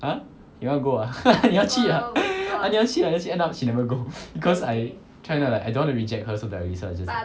!huh! you want go ah haha 你要去啊 !huh! 你要去你要去 end up she never go cause I try to like I don't want to reject her so I decide to just